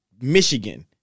Michigan